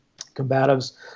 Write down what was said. combatives